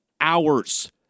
hours